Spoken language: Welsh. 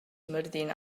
myrddin